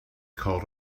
called